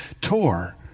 tour